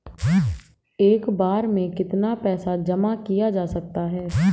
एक बार में कितना पैसा जमा किया जा सकता है?